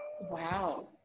Wow